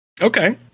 Okay